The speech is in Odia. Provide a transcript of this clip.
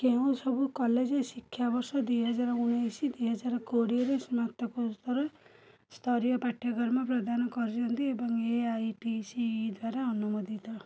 କେଉଁ ସବୁ କଲେଜ ଶିକ୍ଷାବର୍ଷ ଦୁଇହଜାର ଉଣେଇଶ ଦୁଇହଜାର କୋଡ଼ିଏରେ ସ୍ନାତକୋତ୍ତର ସ୍ତରୀୟ ପାଠ୍ୟକ୍ରମ ପ୍ରଦାନ କରୁଛନ୍ତି ଏବଂ A I C T E ଦ୍ୱାରା ଅନୁମୋଦିତ